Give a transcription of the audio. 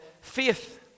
faith